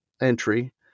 entry